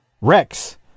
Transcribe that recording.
Rex